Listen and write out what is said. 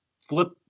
flip